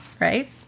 Right